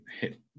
hit